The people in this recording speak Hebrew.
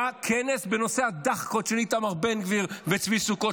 היה כנס בנושא הדחקות של איתמר בן גביר וצבי סוכות,